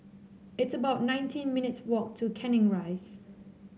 it's about nineteen minutes' walk to Canning Rise